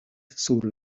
sur